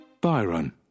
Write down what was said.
Byron